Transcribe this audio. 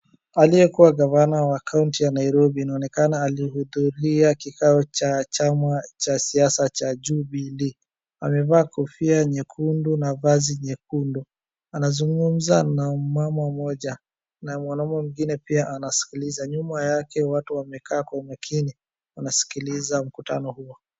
Aliyekuwa gavana wa kaunti ya Nairobi, inaonekana alihudhuria kikao cha chama cha siasa cha Jubilii. Amevaa kofia nyekundu na vazi nyekundu. Anazungumza na mama mmoja na mwanaume mwingine pia anasikiliza. Nyuma yake, watu wamekaa kwenye kini, wanasikiliza mkutano huo.